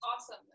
awesome